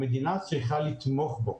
המדינה צריכה לתמוך בו.